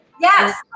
Yes